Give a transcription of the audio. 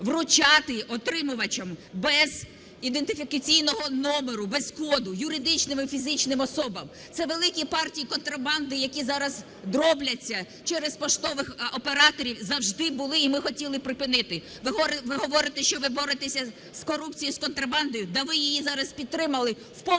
вручати отримувачам без ідентифікаційного номеру, без коду юридичним і фізичним особам. Це великі партії контрабанди, які зараз дробляться через поштових операторів, завжди були, і ми хотіли припинити. Ви говорите, що ви боретеся з корупцією і з контрабандою? Та ви її зараз підтримали в повному